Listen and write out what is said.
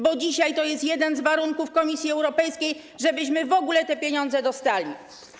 Bo dzisiaj to jest jeden z warunków Komisji Europejskiej, żebyśmy w ogóle te pieniądze dostali.